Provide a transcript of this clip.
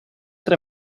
tre